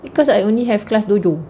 because I only have class dojo